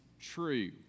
true